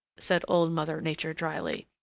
said old mother nature dryly.